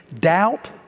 doubt